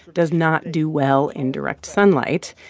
does not do well in direct sunlight.